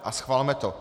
A schvalme to.